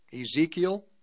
Ezekiel